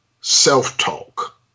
self-talk